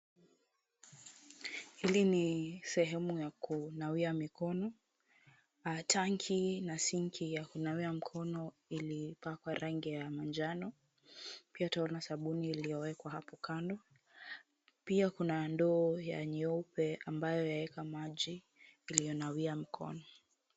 Hii ni sehemu ya kunawia mikono, tanki na sinki ya kunawia mikono ilipakwa rangi ya manjano. Pia tunaona sabuni iliyo wekwa hapo kando pia kuna ndio ya nyeupe ambayo yaeka maji iliyo nawia mkono.